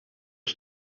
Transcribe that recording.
are